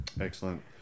Excellent